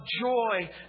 joy